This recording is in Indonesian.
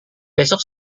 besok